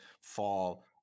fall